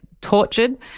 tortured